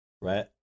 right